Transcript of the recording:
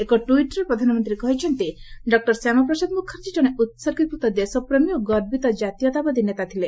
ଏକ ଟ୍ୱିଟ୍ରେ ପ୍ରଧାନମନ୍ତ୍ରୀ କହିଛନ୍ତି ଡକୁର ଶ୍ୟାମାପ୍ରସାଦ ମୁଖାର୍ଜୀ ଜଣେ ଉତ୍ଗୀକୃତ ଦେଶପ୍ରେମୀ ଓ ଗର୍ବିତ ଜାତୀୟତାବାଦୀ ନେତା ଥିଲେ